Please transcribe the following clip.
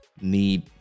need